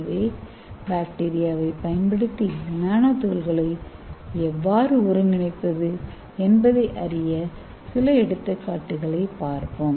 எனவே பாக்டீரியாவைப் பயன்படுத்தி நானோ துகள்களை எவ்வாறு ஒருங்கிணைப்பது என்பதை அறிய சில எடுத்துக்காட்டுகளைப் பார்ப்போம்